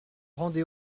rendez